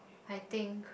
I think